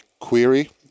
query